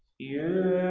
you